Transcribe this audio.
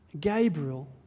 Gabriel